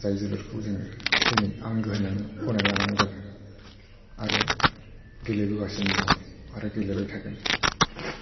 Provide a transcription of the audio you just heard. जाय जोलुरखौ जोङो दिनै आंगो होननानै गनायनानै लानांगौ जादों आरो गेलेबोगासिनो दं आरो गेलेबाय थागोन